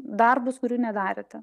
darbus kurių nedarėte